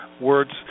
Words